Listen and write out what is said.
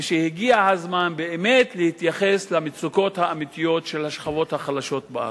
ושהגיע הזמן באמת להתייחס למצוקות האמיתיות של השכבות החלשות בארץ.